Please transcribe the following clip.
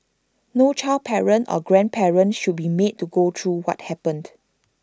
no child parent or grandparent should be made to go through what happened